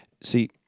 See